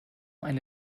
eine